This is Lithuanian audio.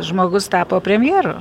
žmogus tapo premjeru